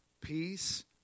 peace